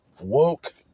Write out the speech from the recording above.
Woke